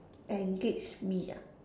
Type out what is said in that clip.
engage me ah